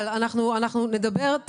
אני יודעת